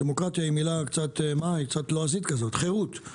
דמוקרטיה היא מילה קצת לועזית חרות,